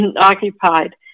occupied